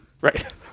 Right